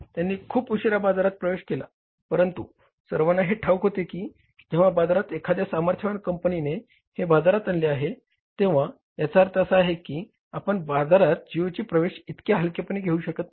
त्यांनी खूप उशीरा बाजारात प्रवेश केला परंतु सर्वांना हे ठाऊक होते की जेव्हा बाजारात एखाद्या सामर्थ्यवान कंपनीनें हे बाजारात आणले आहे तेव्हा याचा अर्थ असा आहे की आपण बाजारात जिओची प्रवेश इतक्या हलकेपणे घेऊ शकत नाही